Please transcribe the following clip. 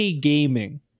Gaming